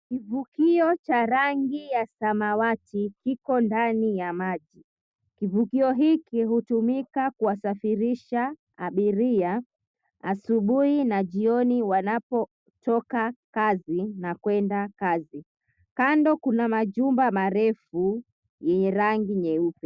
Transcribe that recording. Kivukio cha rangi ya samawati, kiko ndani ya maji. Kivukio hiki hutumika kuwasafirisha abiria asubuhi na jioni wanapotoka kazi na kuenda kazi. Kando kuna majumba marefu yenye rangi nyeupe.